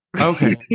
okay